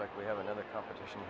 like we have another competition